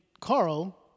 Carl